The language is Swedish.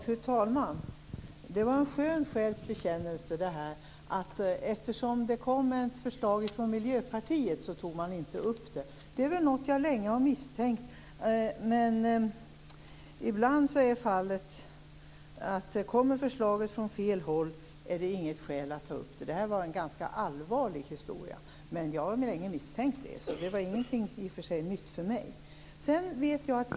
Fru talman! Det var en skön själs bekännelse som vi fick höra. Eftersom förslaget kom från Miljöpartiet, tog man inte upp det. Jag har länge misstänkt att om ett förslag kommer från fel håll, ser man ibland inget skäl att ta upp det. Det är en ganska allvarlig historia, men jag har alltså sedan länge misstänkt att det är så här. Det är inte något nytt för mig.